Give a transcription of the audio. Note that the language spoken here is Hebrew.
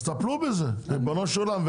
אז תטפלו בזה ריבונו של עולם.